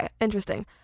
interesting